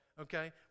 Okay